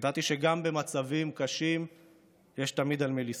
ידעתי שגם במצבים קשים יש תמיד על מי לסמוך.